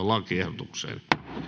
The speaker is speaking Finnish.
lakiehdotuksesta